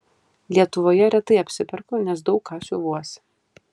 lietuvoje retai apsiperku nes daug ką siuvuosi